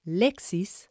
lexis